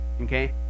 okay